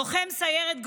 לוחם סיירת גולני.